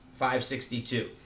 562